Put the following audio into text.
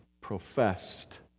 professed